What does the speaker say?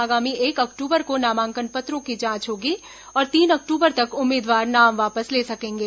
आगामी एक अक्टूबर को नामांकन पत्रों की जांच होगी और तीन अक्टूबर तक उम्मीदवार नाम वापस ले सकेंगे